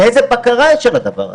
איזה בקרה יש על הדבר הזה?